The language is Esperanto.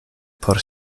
por